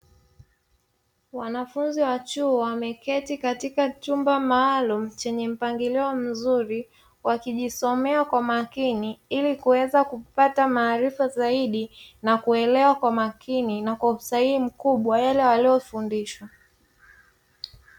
Wanafunzi wa chuo wameketi katika chumba maalumu, chenye mpangilio mzuri wakijisomea kwa makini, ili kuweza kupata maarifa zaidi na kuelewa kwa makini, na kwa usahihi mkubwa yale waliyofundishwa.